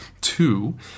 Two